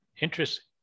Interesting